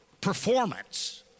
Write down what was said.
performance